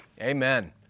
Amen